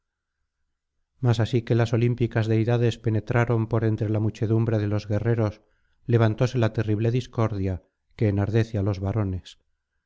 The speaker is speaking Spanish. mas así que las olímpicas deidades penetraron por entre la muchedumbre de los guerreros levantóse la terrible discordia que enardece á los varones